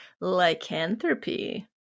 lycanthropy